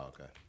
okay